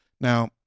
Now